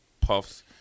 puffs